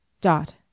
Dot